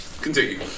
Continue